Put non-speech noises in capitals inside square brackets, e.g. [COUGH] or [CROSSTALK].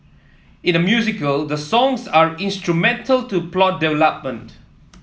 in a musical the songs are instrumental to plot [UNINTELLIGIBLE]